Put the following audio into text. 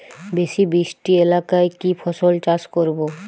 বেশি বৃষ্টি এলাকায় কি ফসল চাষ করব?